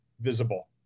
visible